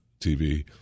TV